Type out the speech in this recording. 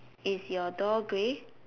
is your door grey